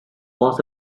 was